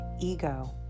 Ego